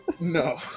No